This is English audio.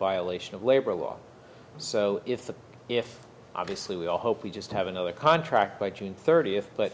violation of labor law so if the if obviously we all hope we just have another contract by june thirtieth but